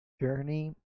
Journey